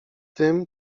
tym